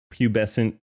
pubescent